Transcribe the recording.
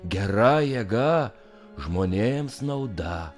gera jėga žmonėms nauda